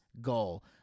goal